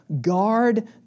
Guard